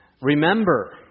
Remember